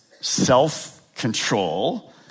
self-control